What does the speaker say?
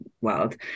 world